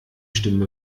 stimme